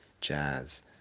Jazz